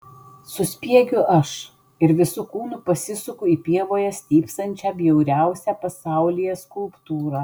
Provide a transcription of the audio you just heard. suspiegiu aš ir visu kūnu pasisuku į pievoje stypsančią bjauriausią pasaulyje skulptūrą